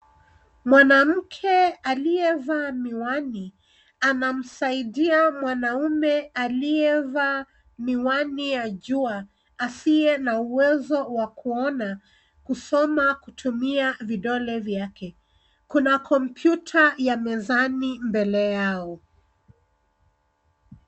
Mwanamke aliyevaa miwani anamsaidia mwanaume aliyevaa miwani ya jua, asiye na uwezo wa kuona, kusoma kutumia vidole vyake. Kuna kompyuta ya mezani mbele yao.